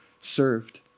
served